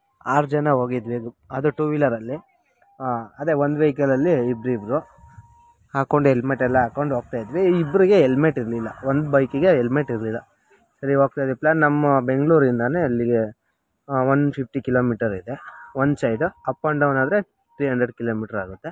ಆರು ಜನ ಹೋಗಿದ್ವಿ ಅದು ಟೂ ವೀಲರಲ್ಲಿ ಅದೇ ಒಂದು ವೇಕಲಲ್ಲಿ ಇಬ್ರು ಇದ್ದರು ಹಾಕೊಂಡು ಹೆಲ್ಮೆಟೆಲ್ಲ ಹಾಕೊಂಡು ಹೋಗ್ತಾಯಿದ್ವಿ ಇಬ್ಬರಿಗೆ ಹೆಲ್ಮೆಟ್ ಇರಲಿಲ್ಲ ಒಂದು ಬೈಕಿಗೆ ಹೆಲ್ಮೆಟ್ ಇರಲಿಲ್ಲ ಸರಿ ಹೋಗ್ತಾಯಿದ್ದೀವಿ ಪ್ಲ್ಯಾನ್ ನಮ್ಮ ಬೆಂಗಳೂರಿಂದನೇ ಅಲ್ಲಿಗೆ ಒನ್ ಫಿಫ್ಟಿ ಕಿಲೋಮೀಟರಿದೆ ಒಂದು ಸೈಡ್ ಅಪ್ ಆ್ಯಂಡ್ ಡೌನ್ ಆದರೆ ತ್ರಿ ಹಂಡ್ರೆಡ್ ಕಿಲೋಮೀಟರ್ ಆಗುತ್ತೆ